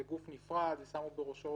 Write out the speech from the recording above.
הרי הפכו את זה לגוף נפרד ושמו בראשו